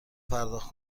پرداخت